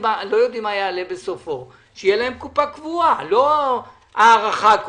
שמי עופר אליישר,